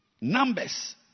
Numbers